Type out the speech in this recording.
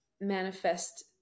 manifest